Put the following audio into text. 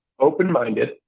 open-minded